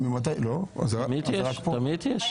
תמיד יש.